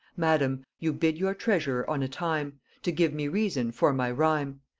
madam, you bid your treasurer on a time to give me reason for my rhime,